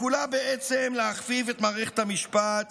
וכולה בעצם להכפיף את מערכת המשפט